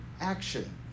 action